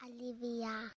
Olivia